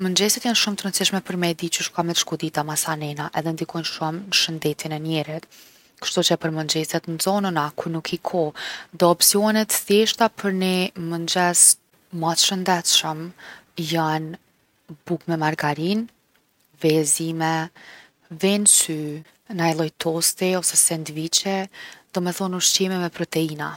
Mëngjest jon shumë t’rëndsishme për me e dit qysh ka me t’shku dita masanena edhe ndikojn’ shumë n’shëndetin e njerit. Kshtuqe për mëngjese t’nxonuna kur nuk ki kohë, do opsione t’thjeshta për ni mëngjes ma t’shëndetshëm jon bukë me margarinë, ve e zime, ve n’sy, naj lloj tosti ose sendviqi. Domethon ushqime me proteina.